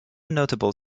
notable